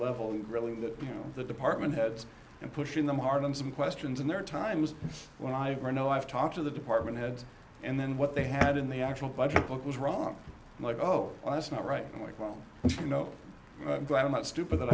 level really that you know the department heads and pushing them hard on some questions and there are times when i've run no i've talked to the department heads and then what they had in the actual budget book was wrong like oh well that's not right and like well you know i'm glad i'm not stupid that